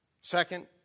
Second